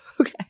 Okay